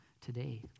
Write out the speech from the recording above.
today